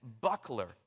buckler